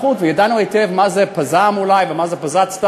וידענו היטב מה זה פז"מ, אולי, ומה זה פזצט"א,